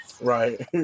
right